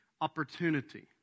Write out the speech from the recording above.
opportunity